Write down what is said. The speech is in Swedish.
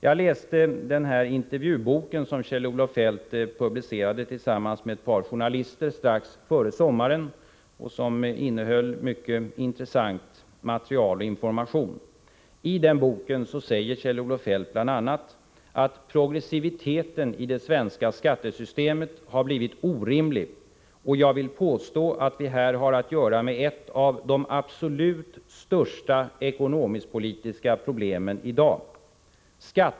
Jag läste intervjuboken som Kjell-Olof Feldt publicerade tillsammans med ett par journalister strax före sommaren och som innehöll mycket intressant material och information. I den boken säger Kjell-Olof Feldt bl.a. att ”progressiviteten i det svenska skattesystemet har blivit orimlig. Jag vill påstå, säger Feldt, att vi här har att göra med ett av de absolut största ekonomisk-politiska problemen i dag.